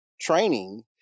Training